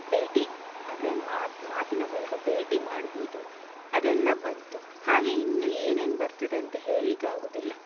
ಭೇಟಿ ಅಂದರೆ ಮಾತ್ ಮಾತಿನ ಮೂಲಕ ಭೇಟಿ ಮಾಡಬಹುದು ಅದೆಲ್ಲ ಬಂತು ಹಾಗೇ ಇನ್ನೂ ಏನೇನು ಬರ್ತದೆ ಅಂತ ಹೇಳ್ಲಿಕ್ಕಾಗುವುದಿಲ್ಲ